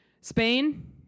Spain